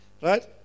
Right